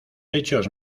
hechos